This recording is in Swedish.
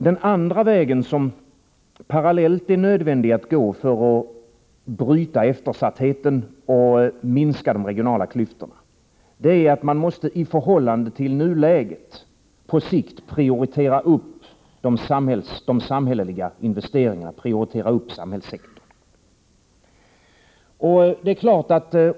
Den andra vägen, som är nödvändig att gå parallellt för att man skall kunna bryta eftersattheten och minska de regionala klyftorna, är att i förhållande till i nuläget på sikt prioritera de samhälleliga investeringarna, samhällssektorn.